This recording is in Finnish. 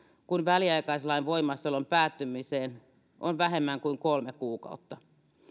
kun väliaikaislain voimassaolon päättymiseen on vähemmän kuin kolme kuukautta